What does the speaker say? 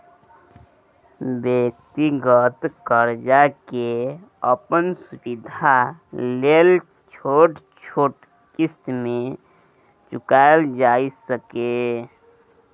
व्यक्तिगत कर्जा के अपन सुविधा लेल छोट छोट क़िस्त में चुकायल जाइ सकेए